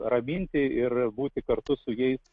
raminti ir būti kartu su jais